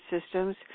systems